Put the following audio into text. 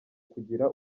kugira